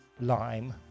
Lime